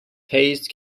faced